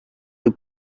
the